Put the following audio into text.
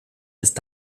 ist